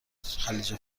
خلیج